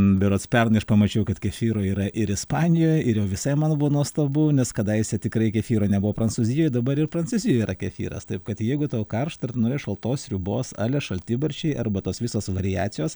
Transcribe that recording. berods pernai ir pamačiau kad kefyro yra ir ispanijoj ir jau visai man buvo nuostabu nes kadaise tikrai kefyro nebuvo prancūzijoj dabar ir prancūzijoj yra kefyras taip kad jeigu tau karšta ir nori šaltos sriubos ale šaltibarščiai arba tos visos variacijos